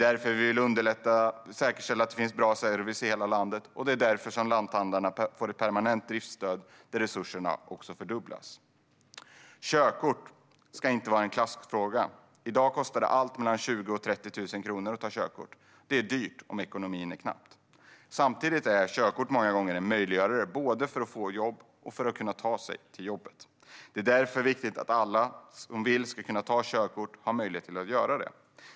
Därför vill vi säkerställa att det finns bra service i hela Sverige. Därför får lanthandlarna nu ett permanent driftsstöd där resurserna fördubblas. Körkort ska inte vara en klassfråga. I dag kostar det allt mellan 20 000 och 30 000 kronor att ta körkort. Det är dyrt om ekonomin är knapp. Samtidigt är körkort många gånger en möjliggörare både för att få jobb och för att kunna ta sig till jobbet. Det är därför viktigt att alla som vill ta körkort ska ha möjlighet att göra det.